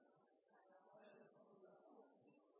da er det